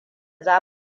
za